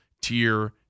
tier